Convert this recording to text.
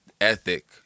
ethic